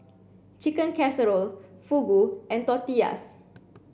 Chicken Casserole Fugu and Tortillas